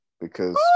because-